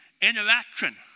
interaction